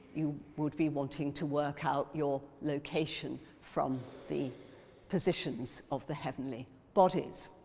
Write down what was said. you would be wanting to work out your location from the positions of the heavenly bodies.